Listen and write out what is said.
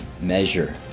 measure